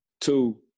Two